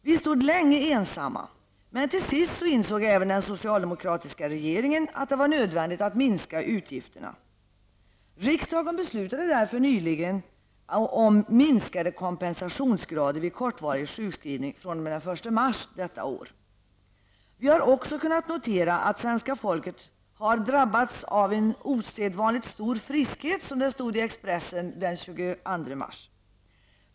Vi stod länge ensamma, men till sist insåg även den socialdemokratiska regeringen att det var nödvändigt att minska utgifterna. Riksdagen beslutade därför nyligen om minskade kompensationsgrader vid kortvarig sjukskrivning fr.o.m. den 1 mars detta år. Vi har också kunnat notera att svenska folket drabbats av en osedvanligt stor friskhet, som det stod i Expressen den 22 mars.